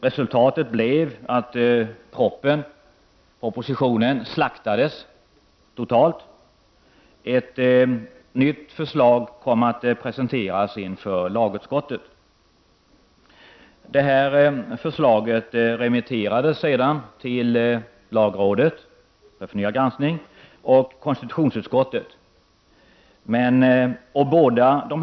Resultatet blev att propositionen slaktades totalt. Ett nytt förslag kom att presenteras inför lagutskottet. Förslaget remitterades sedan till lagrådet och konstitutionsutskottet för förnyad granskning.